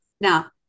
now